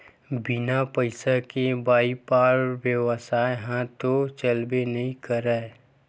बिन पइसा के बइपार बेवसाय ह तो चलबे नइ करय